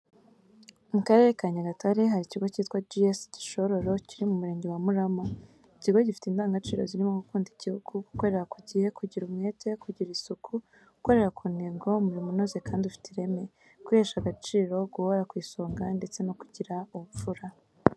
Mu Karere ka Nyagatare hari ikigo cyitwa G.S Gishororo kiri mu Murenge wa Murama. Iki kigo gifite indangagaciro zirimo gukunda igihugu, gukorera ku gihe, kugira umwete, kugira isuku, gukorera ku ntego, umurimo unoze kandi ufite ireme, kwihesha agaciro, guhora ku isonga ndetse no kugira ubupfura.